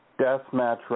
deathmatch